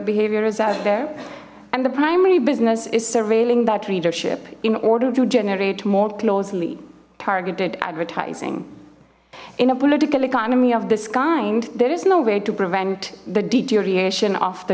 behavior is out there and the primary business is surveilling that readership in order to generate more closely targeted advertising in a political economy of this kind there is no way to prevent the deterioration of the